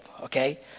Okay